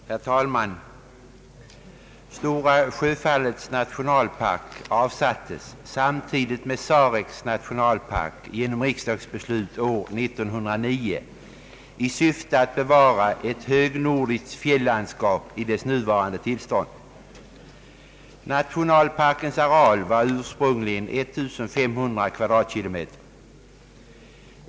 Herr talman! Stora Sjöfallets nationalpark avsattes samtidigt med Sareks nationalpark genom riksdagsbeslut år 1909 i syfte att bevara ett högnordiskt fjällandskap i dess naturliga tillstånd. Nationalparkens areal var ursprungligen 1500 km?.